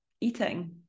eating